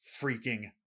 freaking